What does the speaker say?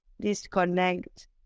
disconnect